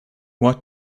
what